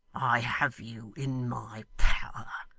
i have you in my power.